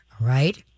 right